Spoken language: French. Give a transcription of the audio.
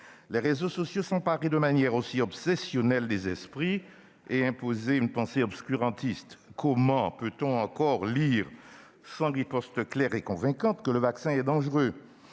les réseaux sociaux s'emparer de manière aussi obsessionnelle des esprits et imposer une pensée obscurantiste ? Comment peut-on encore lire, sans riposte claire et convaincante, que le vaccin est dangereux ?